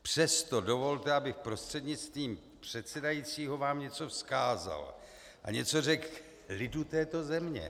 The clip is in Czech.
Přesto dovolte, abych prostřednictvím předsedajícího vám něco vzkázal a něco řekl lidu této země.